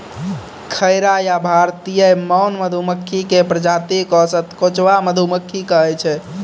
खैरा या भारतीय मौन मधुमक्खी के प्रजाति क सतकोचवा मधुमक्खी कहै छै